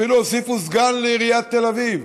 ואפילו הוסיפו סגן לעיריית תל אביב,